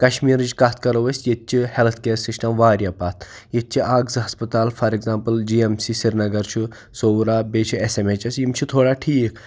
کَشمیٖرٕچ کتھ کَرو أسۍ ییٚتہِ چھُ ہیٚلتھ کیر سِسٹم واریاہ پتھ ییٚتہِ چھ اکھ زٕ ہَسپَتال for example G M C Srinagar چھُ بیٚیہِ چھُ ایٚس ایٚم ایٚچ ایٚس یِم چھِ تھوڑا ٹھیٖک